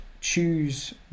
choose